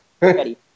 ready